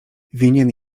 winien